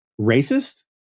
racist